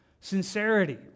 Sincerity